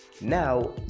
now